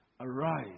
Arise